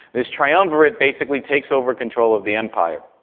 this triumvirate basically takes over control of the empire.